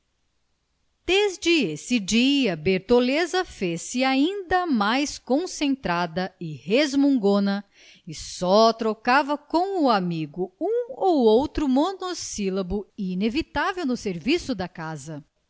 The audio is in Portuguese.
desde esse dia bertoleza fez-se ainda mais concentrada e resmungona e só trocava com o amigo um ou outro monossílabo inevitável no serviço da casa